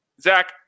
Zach